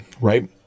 right